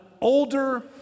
older